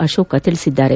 ಅಶೋಕ ಹೇಳಿದ್ದಾರೆ